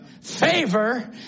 favor